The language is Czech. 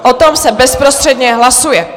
O tom se bezprostředně hlasuje.